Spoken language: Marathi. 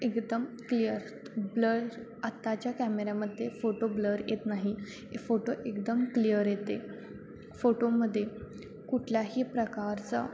एकदम क्लिअर ब्लर आत्ताच्या कॅमेऱ्यामध्ये फोटो ब्लर येत नाही फोटो एकदम क्लिअर येते फोटोमध्ये कुठल्याही प्रकारचं